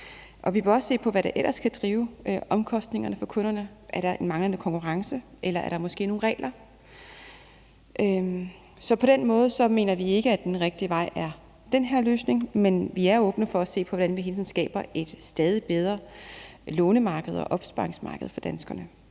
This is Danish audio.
Vi vil også se på, hvad der ellers kan drive omkostningerne for kunderne. Er der en manglende konkurrence, eller er det måske nogle regler? På den måde mener vi ikke, at den rigtige vej er den her løsning, men vi er åbne for at se på, hvordan vi hele tiden skaber et stadig bedre lånemarked og opsparingsmarked for danskerne.